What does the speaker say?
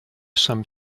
some